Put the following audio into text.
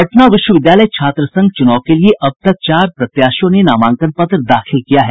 पटना विश्वविद्यालय छात्र संघ चूनाव के लिए अब तक चार प्रत्याशियों ने नामांकन पत्र दाखिल किया है